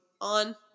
on